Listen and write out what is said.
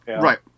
right